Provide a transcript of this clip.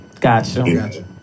Gotcha